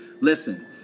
Listen